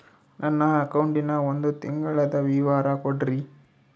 ನನ್ನ ಅಕೌಂಟಿನ ಒಂದು ತಿಂಗಳದ ವಿವರ ಕೊಡ್ರಿ?